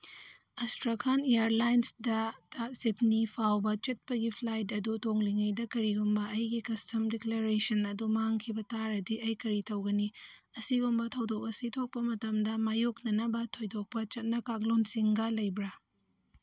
ꯑꯁꯇ꯭ꯔꯈꯥꯟ ꯏꯌꯔꯂꯥꯏꯟꯁꯗ ꯇ ꯁꯤꯗꯅꯤ ꯐꯥꯎꯕ ꯆꯠꯄꯒꯤ ꯐ꯭ꯂꯥꯏꯠ ꯑꯗꯨ ꯇꯣꯡꯂꯤꯉꯩꯗ ꯀꯔꯤꯒꯨꯝꯕ ꯑꯩꯒꯤ ꯀꯁꯇꯝ ꯗꯤꯀ꯭ꯂꯔꯦꯁꯟ ꯑꯗꯨ ꯃꯥꯡꯈꯤꯕ ꯇꯥꯔꯗꯤ ꯑꯩ ꯀꯔꯤ ꯇꯧꯒꯅꯤ ꯑꯁꯤꯒꯨꯝꯕ ꯊꯧꯗꯣꯛ ꯑꯁꯤ ꯊꯣꯛꯄ ꯃꯇꯝꯗ ꯃꯥꯏꯌꯣꯛꯅꯅꯕ ꯊꯣꯏꯗꯣꯛꯄ ꯆꯠꯅ ꯀꯥꯡꯂꯣꯟꯁꯤꯡꯒ ꯂꯩꯕ꯭ꯔꯥ